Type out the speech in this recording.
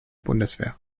bundeswehr